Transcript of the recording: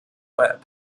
web